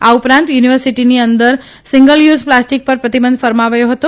આ ઉૈ રાંત યુનીવર્સીટીની અંદર સીંગલ યુઝ પ્લાસ્ટીક ર પ્રતીબંધ ફરમાવ્યો હતો